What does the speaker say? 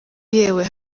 yewe